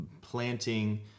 planting